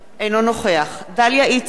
אינו נוכח דליה איציק,